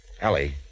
Ellie